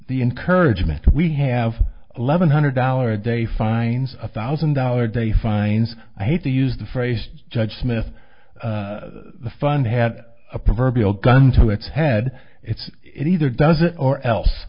the encouragement we have eleven hundred dollars a day fines a thousand dollar a day fines i hate to use the phrase judge smith the fund had a proverbial gun to its head it's it either does it or else